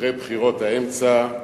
אחרי בחירות האמצע.